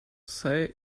say